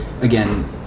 again